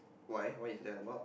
why why is that about